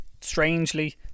strangely